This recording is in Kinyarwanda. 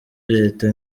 leta